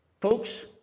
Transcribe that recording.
Folks